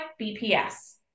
bps